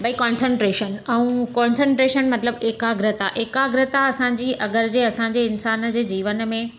भई कॉन्संट्रेशन ऐं कॉन्संट्रेशन मतिलबु एकाग्रता एकाग्रता असांजी अगरि जे असांजे इंसान जे जीवन में